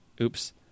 oops